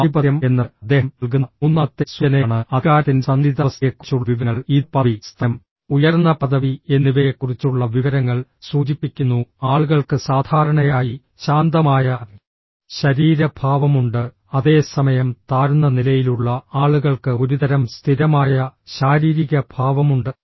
ആധിപത്യം എന്നത് അദ്ദേഹം നൽകുന്ന മൂന്നാമത്തെ സൂചനയാണ് അധികാരത്തിന്റെ സന്തുലിതാവസ്ഥയെക്കുറിച്ചുള്ള വിവരങ്ങൾ ഇത് പദവി സ്ഥാനം ഉയർന്ന പദവി എന്നിവയെക്കുറിച്ചുള്ള വിവരങ്ങൾ സൂചിപ്പിക്കുന്നു ആളുകൾക്ക് സാധാരണയായി ശാന്തമായ ശരീര ഭാവമുണ്ട് അതേസമയം താഴ്ന്ന നിലയിലുള്ള ആളുകൾക്ക് ഒരുതരം സ്ഥിരമായ ശാരീരിക ഭാവമുണ്ട്